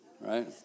Right